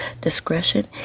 discretion